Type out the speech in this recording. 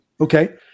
Okay